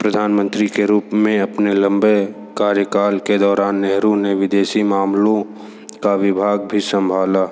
प्रधानमंत्री के रूप में अपने लम्बे कार्यकाल के दौरान नेहरू ने विदेशी मामलों का विभाग भी सम्भाला